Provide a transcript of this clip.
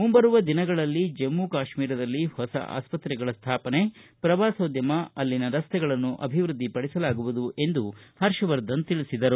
ಮುಂಬರುವ ದಿನಗಳಲ್ಲಿ ಜಮ್ಮ ಕಾಶ್ಮೀರದಲ್ಲಿ ಹೊಸ ಆಸ್ಪತ್ತೆಗಳ ಸ್ಥಾಪನೆ ಪ್ರವಾಸದ್ಯೋಮ ಅಲ್ಲಿಯ ರಸ್ತೆಗಳನ್ನು ಅಭಿವೃದ್ದಿಪಡಿಸಲಾಗುವುದು ಎಂದು ಹರ್ಷವರ್ಧನ್ ತಿಳಿಸಿದರು